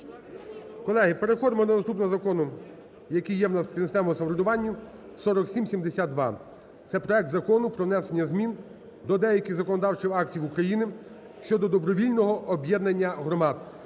Колеги, переходимо до наступного закону, який є у нас по місцевому самоврядуванню, 4772. Це проект Закону про внесення змін до деяких законодавчих актів України (щодо добровільного об'єднання